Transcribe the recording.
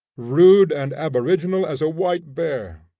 rude and aboriginal as a white bear,